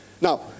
Now